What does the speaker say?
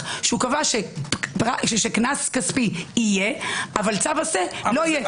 שקבע שקנס כספי יהיה אבל צו עשה לא יהיה.